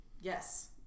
Yes